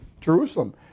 Jerusalem